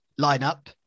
lineup